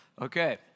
Okay